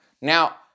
Now